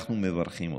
אנחנו מברכים אותך,